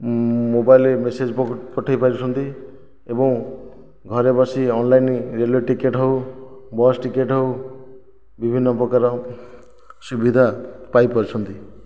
ମୋବାଇଲରେ ମେସେଜ୍ ପଠାଇ ପାରୁଛନ୍ତି ଏବଂ ଘରେ ବସି ଅନଲାଇନ୍ ରେଲୱେ ଟିକେଟ ହେଉ ବସ୍ ଟିକେଟ ହେଉ ବିଭିନ୍ନ ପ୍ରକାର ସୁବିଧା ପାଇପାରୁଛନ୍ତି